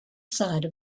side